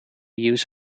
use